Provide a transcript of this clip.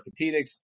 orthopedics